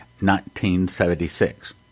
1976